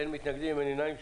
אין מתנגדים, אין נמנעים.